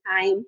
time